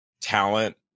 talent